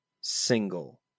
single